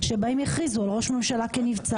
שבהם יכריזו על ראש ממשלה כנבצר.